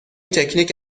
تکنیک